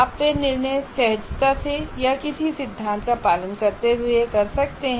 आप वह निर्णय सहजता से या किसी सिद्धांत का पालन करते हुए कर सकते हैं